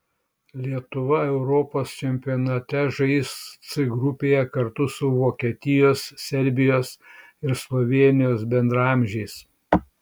lietuva europos čempionate žais c grupėje kartu su vokietijos serbijos ir slovėnijos bendraamžiais